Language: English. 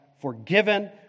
forgiven